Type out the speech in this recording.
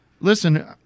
listen